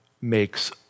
makes